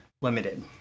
limited